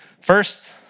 First